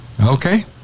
Okay